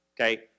okay